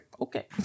okay